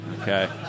Okay